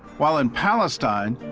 while in palestine,